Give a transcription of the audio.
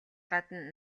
гадна